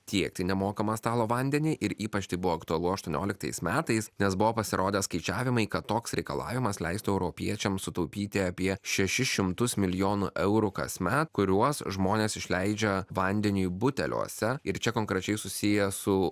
tiekti nemokamą stalo vandenį ir ypač tai buvo aktualu aštuonioliktais metais nes buvo pasirodę skaičiavimai kad toks reikalavimas leistų europiečiam sutaupyti apie šešis šimtus milijonų eurų kasmet kuriuos žmonės išleidžia vandeniui buteliuose ir čia konkrečiai susiję su